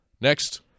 Next